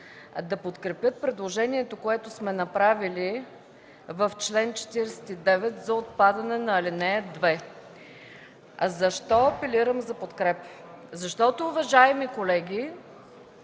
да подкрепят предложението, което сме направили в чл. 49 за отпадане на ал. 2. Защо апелирам за подкрепа? Защото, уважаеми колеги,